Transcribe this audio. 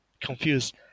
confused